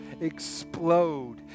explode